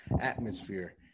atmosphere